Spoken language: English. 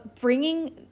bringing